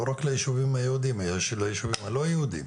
לא רק ליישובים היהודים אלא ליישובים הלא-יהודיים,